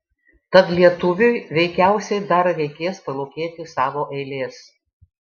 tad lietuviui veikiausiai dar reikės palūkėti savo eilės